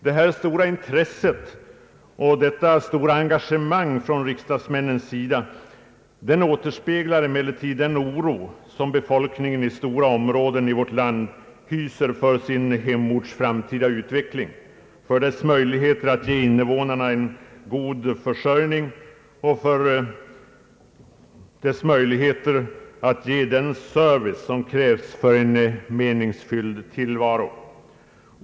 Det stora intresset och engagemanget från riksdagsmännens sida återspeglar emellertid den oro som befolkningen i stora områden av vårt land hyser för sin hemorts framtida utveckling, för dess möjligheter att ge invånarna en god försörjning och att ge dem den service som krävs för en meningsfylld tillvaro.